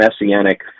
messianic